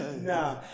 Nah